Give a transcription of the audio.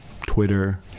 Twitter